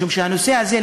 משום שהנושא הזה,